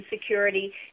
security